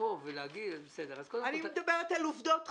לתקוף --- אני מדברת על עוּבדות חיות,